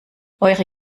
eure